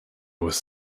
was